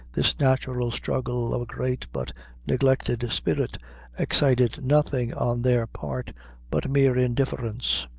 this natural struggle of a great but neglected spirit excited nothing on their part but mere indifference.